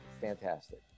fantastic